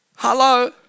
Hello